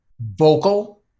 vocal